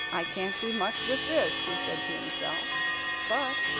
i can't do much with this he said to himself but,